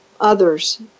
others